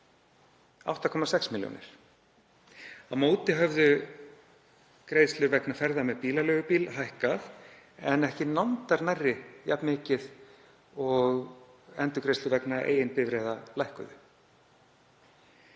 8,6 milljónir. Á móti höfðu greiðslur vegna ferða með bílaleigubíl hækkað en ekki nándar nærri jafn mikið og endurgreiðslur vegna eigin bifreiða lækkuðu.